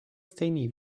stejný